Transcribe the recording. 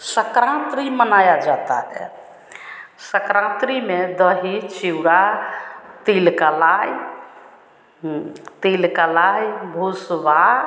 सन्क्रान्ति मनाई जाती है सन्क्रान्ति में दही चूड़ा तिल की लाई तिल की लाई भुसबा